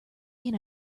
can